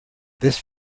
this